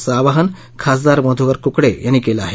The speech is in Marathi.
असं आवाहन खासदार मध्कर कुकडे यांनी केलं आहे